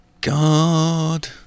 god